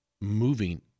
moving